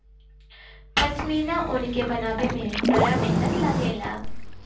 पश्मीना ऊन के बनावे में बड़ा मेहनत लागेला